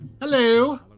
Hello